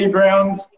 Browns